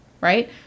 right